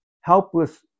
helpless